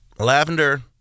Lavender